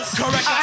correct